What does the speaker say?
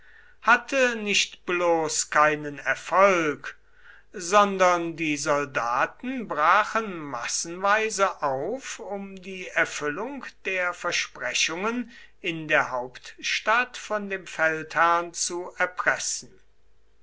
hatte nicht bloß keinen erfolg sondern die soldaten brachen massenweise auf um die erfüllung der versprechungen in der hauptstadt von dem feldherrn zu erpressen